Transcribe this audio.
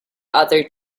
other